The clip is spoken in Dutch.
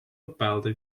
bepaalde